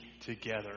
together